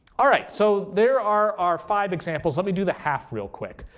all right, so there are our five examples. let me do the half real quick.